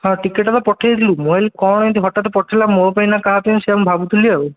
ହଁ ଟିକେଟ୍ ତ ପଠେଇଥିଲୁ ମୁଁ ଭାବିଲି କ'ଣ ଏମିତି ହଠାତ୍ ପଠେଇଲା ମୋ ପାଇଁ ନା କାହା ପାଇଁ ସେଇଆ ମୁଁ ଭାବୁଥିଲି ଆଉ